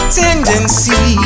tendency